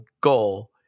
goal